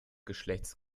geschlechts